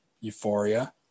euphoria